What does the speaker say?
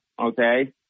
okay